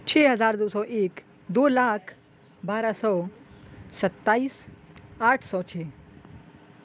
چھ ہزار دو سو ایک دو لاکھ بارہ سو ستائیس آٹھ سو چھ